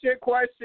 question